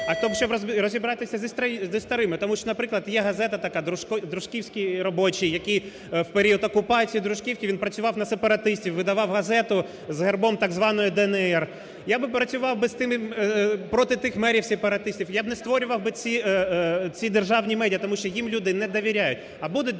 а тому, щоб розібратися зі старими. Тому що, наприклад, є газета така "Дружківський робочий", який у період окупації Дружківки він працював на сепаратистів, видавав газету з гербом так званої "ДНР". Я би працював проти тих мерів-сепаратистів, я б не створював би ці державні медіа, тому що їм люди не довіряють.